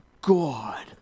God